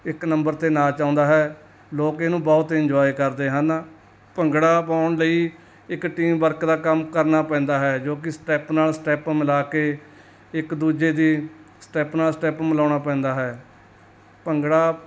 ਇੱਕ ਨੰਬਰ 'ਤੇ ਨਾਚ ਆਉਂਦਾ ਹੈ ਲੋਕ ਇਹਨੂੰ ਬਹੁਤ ਇੰਜੋਏ ਕਰਦੇ ਹਨ ਭੰਗੜਾ ਪਾਉਣ ਲਈ ਇੱਕ ਟੀਮ ਵਰਕ ਦਾ ਕੰਮ ਕਰਨਾ ਪੈਂਦਾ ਹੈ ਜੋ ਕਿ ਸਟੈਪ ਨਾਲ ਸਟੈਪ ਮਿਲਾ ਕੇ ਇੱਕ ਦੂਜੇ ਦੀ ਸਟੈਪ ਨਾਲ ਸਟੈਪ ਮਿਲਾਉਣਾ ਪੈਂਦਾ ਹੈ ਭੰਗੜਾ